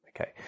Okay